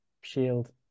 shield